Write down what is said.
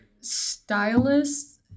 stylists